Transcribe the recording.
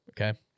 Okay